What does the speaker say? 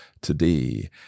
today